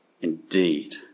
indeed